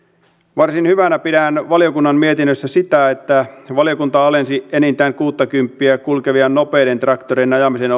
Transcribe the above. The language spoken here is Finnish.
varsin hyvänä pidän valiokunnan mietinnössä sitä että valiokunta alensi enintään kuuttakymppiä kulkevien nopeiden traktoreiden ajamiseen